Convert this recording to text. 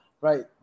right